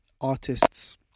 artists